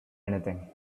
anything